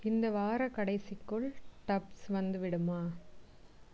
இந்த வாரக் கடைசிக்குள் டப்ஸ் வந்துவிடுமா